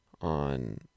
on